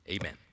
amen